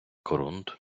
корунд